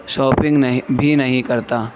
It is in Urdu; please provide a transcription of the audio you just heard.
شاپنگ نہیں بھی نہیں کرتا